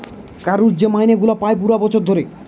কারুর যে মাইনে গুলা পায় পুরা বছর ধরে